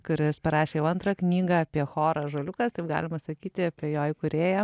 kuris parašė jau antrą knygą apie chorą ąžuoliukas taip galima sakyti apie jo įkūrėją